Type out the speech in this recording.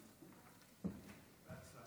כנסת